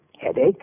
Headache